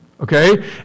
Okay